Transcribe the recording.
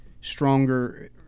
stronger